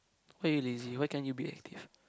why you lazy why can't you be active